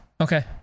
Okay